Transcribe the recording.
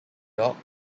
murdoch